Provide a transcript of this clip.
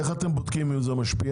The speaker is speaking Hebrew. איך אתם בודקים א זה משפיע?